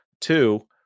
two